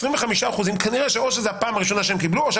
25% כנראה שאו שזה הפעם הראשונה שהם קיבלו או שזאת